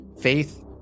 faith